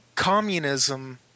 communism